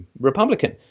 Republican